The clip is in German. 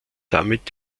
damit